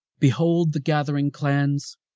behold the gathering clans,